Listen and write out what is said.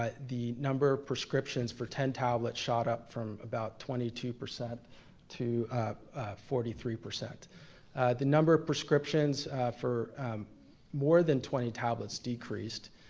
ah the number of prescriptions for ten tablets shot up from about twenty two percent to forty three. the number of prescriptions for more than twenty tablets decreased,